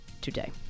today